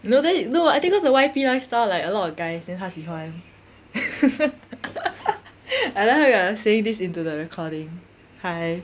no then no I think cause the Y_P lifestyle like a lot of guys then 她喜欢 I like how we're saying this into the recording hi